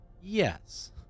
yes